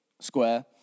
square